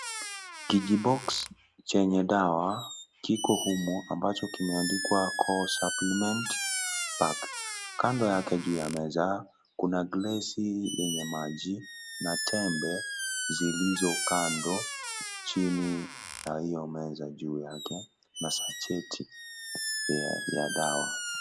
Kijiboksi chenye dawa kiko humu ambacho kimeandikwa core supplement pack. Kando yake juu ya meza kuna glasi yenye maji safi na tembe zilizo kando chini ya hio meza juu yake, masacheti ya dawa.